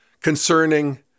concerning